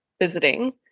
visiting